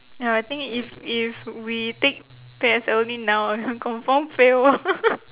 ya I think if if we take P_S_L_E now confirm fail [one]